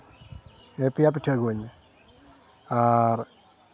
ᱯᱮᱭᱟ ᱯᱤᱴᱷᱟᱹ ᱟᱹᱜᱩᱣᱟᱹᱧ ᱢᱮ ᱟᱨ